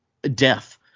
Death